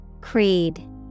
Creed